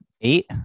Eight